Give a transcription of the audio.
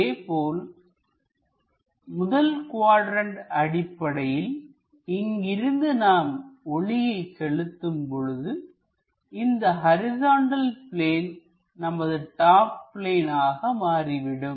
அதேபோல முதல் குவாட்ரண்ட் அடிப்படையில்இங்கிருந்து நாம் ஒளியை செலுத்தும் பொழுதுஇந்த ஹரிசாண்டல் பிளேன் நமது டாப் பிளேன் ஆக மாறிவிடும்